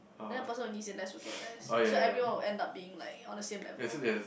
and then the person who need say less will get less so everyone will end up being like all the same level